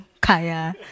Kaya